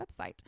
website